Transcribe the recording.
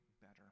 better